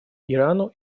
ирану